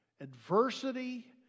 adversity